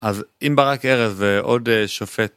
אז אם ברק ארז ועוד שופט